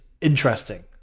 interesting